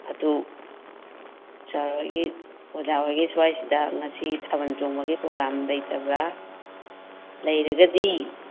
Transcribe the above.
ꯑꯗꯨ ꯁꯥꯔꯍꯣꯏꯒꯤ ꯑꯣꯖꯥꯍꯣꯏꯒꯤ ꯁ꯭ꯋꯥꯏꯁꯤꯗ ꯉꯁꯤ ꯊꯥꯕꯜ ꯆꯣꯡꯕꯒꯤ ꯄ꯭ꯔꯣꯒꯥꯝ ꯂꯩꯇꯕ꯭ꯔꯥ ꯂꯩꯔꯒꯗꯤ